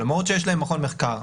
למרות שיש להם מכון מחקר.